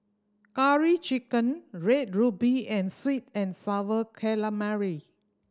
Curry Chicken Red Ruby and sweet and Sour Calamari